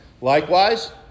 Likewise